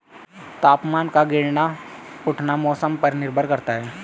तापमान का गिरना उठना मौसम पर निर्भर करता है